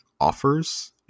offers